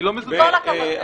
עם כל הכבוד.